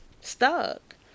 stuck